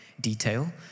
detail